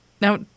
now